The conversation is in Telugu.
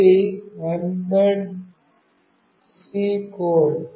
ఇది Mbed C కోడ్